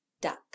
Duck